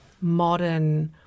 modern